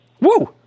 Woo